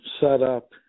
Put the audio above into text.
setup